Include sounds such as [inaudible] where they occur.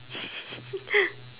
[laughs]